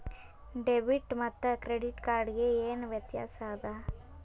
Debit ಮತ್ತ credit card ಗೆ ಏನ ವ್ಯತ್ಯಾಸ ಆದ?